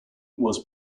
was